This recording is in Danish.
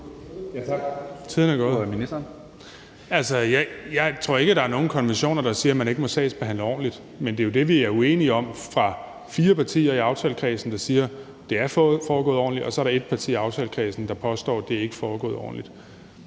jeg tror ikke, at der er nogen konventioner, der siger, at man ikke må sagsbehandle ordentligt, men det er jo det, vi er uenige om i aftalekredsen, hvor der er fire partier, der siger, at det er foregået ordentligt, og så er der ét parti i aftalekredsen, der påstår, at det ikke er foregået ordentligt.